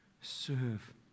serve